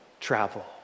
travel